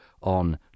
on